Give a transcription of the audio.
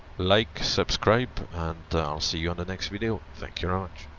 like subscribe and i will see you on the next video. thank you